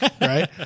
right